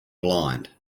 blind